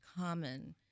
common